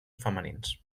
femenins